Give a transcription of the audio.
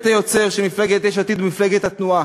היוצר של מפלגת יש עתיד ומפלגת התנועה,